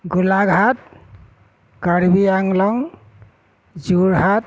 Golaghat Karbi Anglong Jorhat